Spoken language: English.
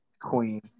Queen